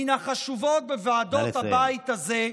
מן החשובות בוועדות הבית הזה,